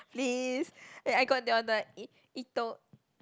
please and I got there the eh eato~